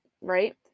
right